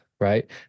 right